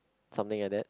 something like that